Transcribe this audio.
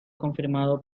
confirmado